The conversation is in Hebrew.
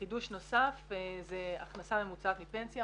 חידוש נוסף זה הכנסה ממוצעת מפנסיה,